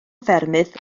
ffermydd